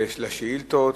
עוברים לשאילתות,